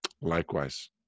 Likewise